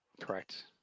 Correct